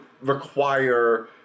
require